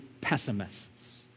pessimists